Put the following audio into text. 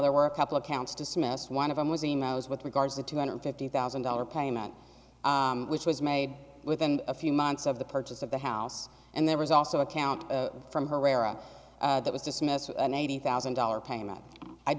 there were a couple of counts dismissed one of them was e mails with regards to two hundred fifty thousand dollars payment which was made within a few months of the purchase of the house and there was also a count from herrera that was dismissed an eighty thousand dollars payment